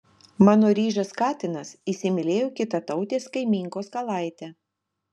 mano ryžas katinas įsimylėjo kitatautės kaimynkos kalaitę